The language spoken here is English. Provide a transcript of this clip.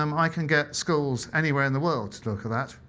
um i can get schools anywhere in the world to look at that.